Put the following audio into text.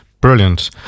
Brilliant